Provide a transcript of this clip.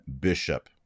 bishop